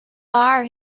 bar